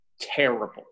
Terrible